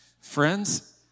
Friends